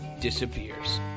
disappears